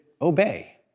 obey